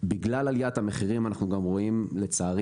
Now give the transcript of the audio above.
בגלל עליית המחירים אנחנו גם רואים לצערי